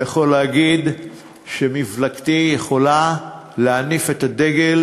אני יכול להגיד שמפלגתי יכולה להניף את הדגל,